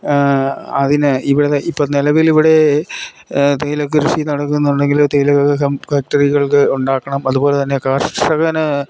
അതിന് ഇവിടുത്തെ ഇപ്പം നിലവിലിവിടെ തേയില കൃഷി നടക്കുന്നുണ്ടെങ്കിൽ തേയില ഫാക്ടറികൾക്ക് ഉണ്ടാക്കണം അതുപോലെത്തന്നെ കർഷകന്